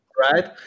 Right